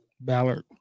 Ballard